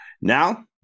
Now